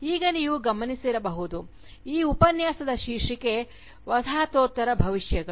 ಈಗ ನೀವು ಗಮನಿಸಿರಬಹುದು ಈ ಉಪನ್ಯಾಸದ ಶೀರ್ಷಿಕೆ ವಸಾಹತೋತ್ತರ ಭವಿಷ್ಯಗಳು